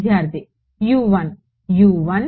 విద్యార్థి U 1